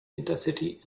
intercity